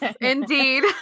indeed